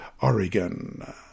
Oregon